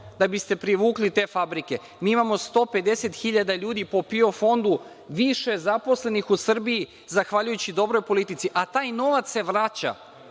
da biste privukli te fabrike. Imamo 150 hiljada ljudi po PIO fondu više zaposlenih u Srbiji, zahvaljujući dobroj politici, a taj novac se vraća.